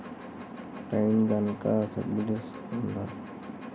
Rain గన్కి subsidy ఉందా?